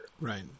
Right